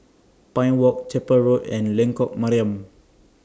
Pine Walk Chapel Road and Lengkok Mariam